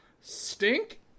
stink